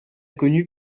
connu